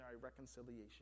reconciliation